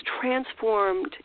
transformed